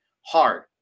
hard